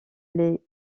les